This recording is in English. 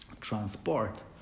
transport